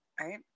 right